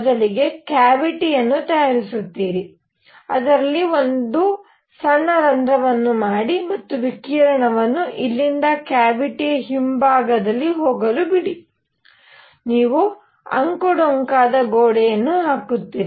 ಮೊದಲಿಗೆ ಕ್ಯಾವಿಟಿಯನ್ನು ತಯಾರಿಸುತ್ತೀರಿ ಅದರಲ್ಲಿ ಒಂದು ಸಣ್ಣ ರಂಧ್ರವನ್ನು ಮಾಡಿ ಮತ್ತು ವಿಕಿರಣವನ್ನು ಇಲ್ಲಿಂದ ಕ್ಯಾವಿಟಿಯ ಹಿಂಭಾಗದಲ್ಲಿ ಹೋಗಲು ಬಿಡಿ ನೀವು ಅಂಕುಡೊಂಕಾದ ಗೋಡೆಯನ್ನು ಹಾಕುತ್ತೀರಿ